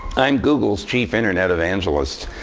i'm google's chief internet evangelist.